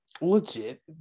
legit